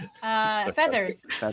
Feathers